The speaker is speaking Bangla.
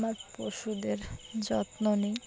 আমার পশুদের যত্ন নিই